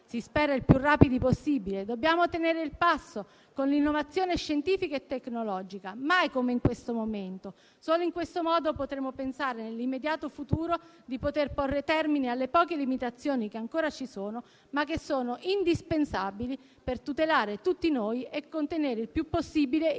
si spera i più rapidi possibile. Dobbiamo tenere il passo con l'innovazione scientifica e tecnologica, mai come in questo momento. Solo in questo modo potremo pensare, nell'immediato futuro, di poter porre termine alle poche limitazioni che ancora ci sono ma che sono indispensabili per tutelare tutti noi e contenere il più possibile il rischio